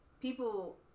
people